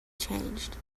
changed